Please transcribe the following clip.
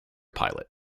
pilot